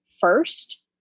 first